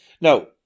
Now